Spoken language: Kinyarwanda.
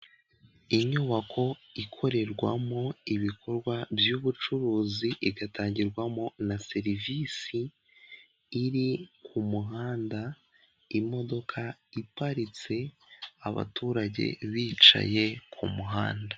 Inyubako ikorerwamo ibikorwa by'ubucuruzi, igatangirwamo na serivisi iri ku muhanda, imodoka iparitse abaturage bicaye ku muhanda.